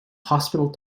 hospital